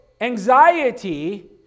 anxiety